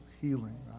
healing